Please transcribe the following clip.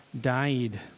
died